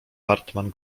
hartmann